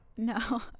No